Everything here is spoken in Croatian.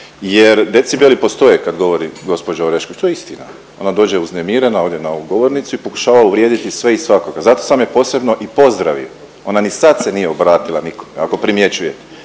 jer decibeli postoje kad govori gospođa Orešković to je istina. Ona dođe uznemirena ovdje na ovu govornicu i pokušava uvrijediti sve i svakoga, zato sam je posebno i pozdravio. Ona ni sad se nije obratila nikom ako primjećujete.